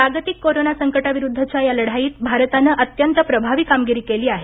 जागतिक कोरोनासंकटाविरुद्धच्या या लढाईत भारतानं अत्यंत प्रभावी कामगिरी केली आहे